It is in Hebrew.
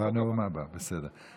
בנאום הבא, בסדר.